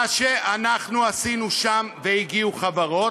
מה שאנחנו עשינו שם, והגיעו חברות,